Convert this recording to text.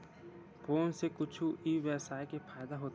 Phone से कुछु ई व्यवसाय हे फ़ायदा होथे?